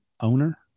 Owner